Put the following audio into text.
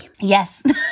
Yes